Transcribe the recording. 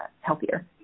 healthier